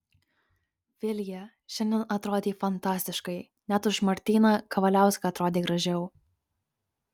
vilija šiandien atrodei fantastiškai net už martyną kavaliauską atrodei gražiau